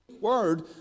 word